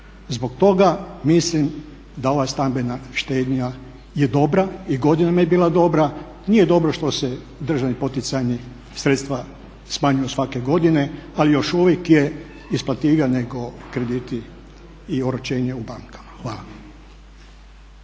Zbog toga mislim da ova stambena štednja je dobra i godinama je bila dobra, nije dobro što se državna poticajna sredstva smanjuju svake godine ali još uvijek je isplativija nego krediti i oročenje u bankama. Hvala.